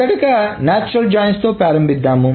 మొదట నాచురల్ జాయిన్స్తో ప్రారంభిద్దాం